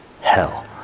hell